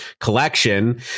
collection